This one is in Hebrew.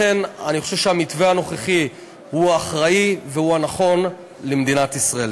לכן אני חושב שהמתווה הנוכחי הוא אחראי והוא הנכון למדינת ישראל.